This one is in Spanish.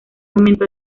momento